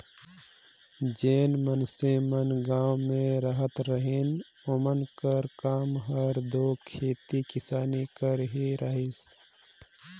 जेन मइनसे मन गाँव में रहत रहिन ओमन कर काम हर दो खेती किसानी कर ही रहिस